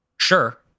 Sure